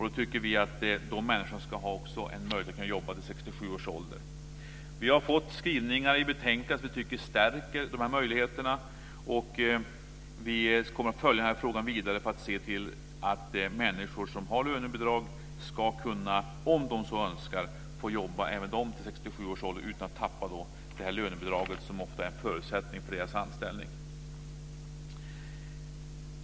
Då tycker vi att dessa människor också ska ha möjlighet att arbeta till 67 års ålder. Vi tycker att vi har fått skrivningar i betänkandet som stärker dessa möjligheter. Och vi kommer att följa denna fråga vidare för att se till att människor som har lönebidrag, om de så önskar, ska kunna få jobba till 67 års ålder utan att förlora detta lönebidrag som ofta är en förutsättning för deras anställning.